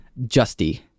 Justy